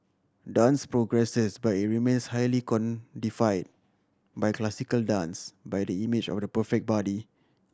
dance progresses but it remains highly codified by classical dance by the image of the perfect body